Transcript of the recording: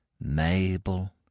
Mabel